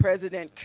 President